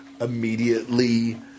immediately